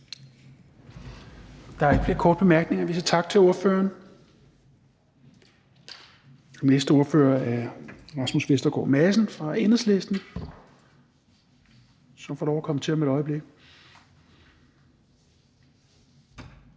Der er ikke flere korte bemærkninger, så vi siger tak til ordføreren. Den næste ordfører er Rasmus Vestergaard Madsen fra Enhedslisten, som får lov til at komme til om et øjeblik.